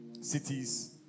cities